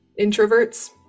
introverts